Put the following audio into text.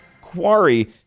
quarry